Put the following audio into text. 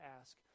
ask